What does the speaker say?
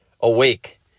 awake